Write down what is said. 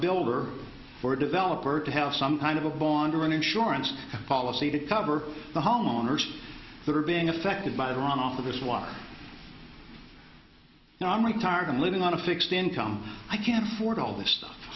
builder or a developer to have some kind of a bond or an insurance policy to cover the homeowners that are being affected by the runoff of this one now i'm retired and living on a fixed income i can't afford all the stuff